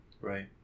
Right